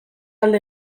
alde